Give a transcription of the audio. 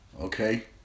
okay